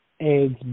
eggs